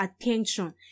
attention